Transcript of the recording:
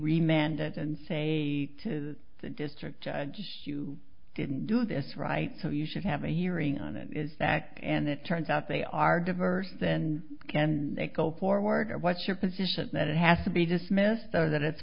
mandate and say to the district judge you didn't do this right so you should have a hearing on it is that and it turns out they are diverse then can they go forward what's your position that it has to be dismissed